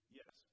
yes